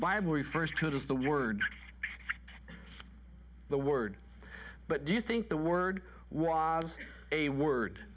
bible refers to it as the word the word but do you think the word was a word